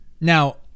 now